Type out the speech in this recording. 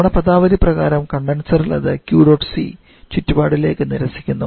നമ്മുടെ പദാവലി പ്രകാരം കണ്ടൻസറിൽ അത് Q dot C ചുറ്റുപാടിലേക്ക് നിരസിക്കുന്നു